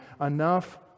enough